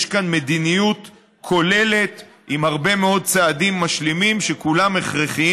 יש כאן מדיניות כוללת עם הרבה מאוד צעדים משלימים שכולם הכרחיים